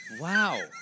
Wow